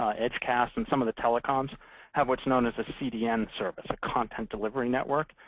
ah edgecast and some of the telecoms have what's known as a cdn service, a content delivery network.